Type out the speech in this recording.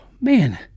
Man